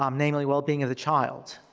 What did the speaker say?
um namely, well-being of the child.